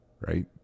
right